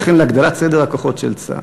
וכן להגדלת סדר הכוחות של צה"ל.